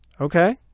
Okay